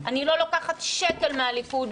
אני לא לוקחת שקל מהליכוד,